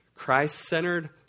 Christ-centered